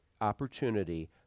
opportunity